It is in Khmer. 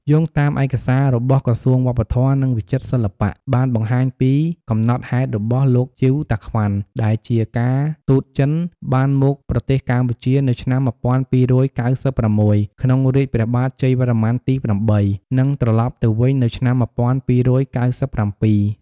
យោងតាមឯកសាររបស់ក្រសួងវប្បធម៌ និងវិចិត្រសិល្បៈបានបង្ហាញពីកំណត់ហេតុរបស់លោក ជីវ តាក្វាន់ ដែលជាការទូតចិន បានមកប្រទេសកម្ពុជានៅឆ្នាំ ១២៩៦ ក្នុងរាជ្យព្រះបាទជ័យវរ្ម័នទី៨ និងត្រឡប់ទៅវិញនៅឆ្នាំ ១២៩៧។